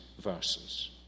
verses